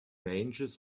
ranges